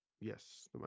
Yes